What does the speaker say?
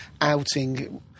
outing